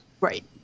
Right